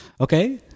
Okay